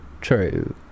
true